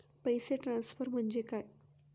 पैसे ट्रान्सफर म्हणजे काय?